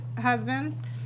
husband